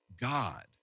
God